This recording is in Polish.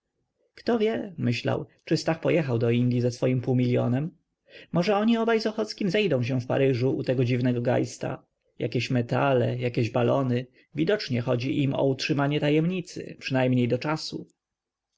kto wie myślał czy stach pojechał do indyj ze swoim półmilionem może oni obaj z ochockim zejdą się w paryżu u tego dziwnego geista jakieś metale jakieś balony widocznie chodzi im o utrzymanie tajemnicy przynajmniej do czasu